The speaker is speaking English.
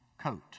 coat